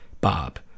Bob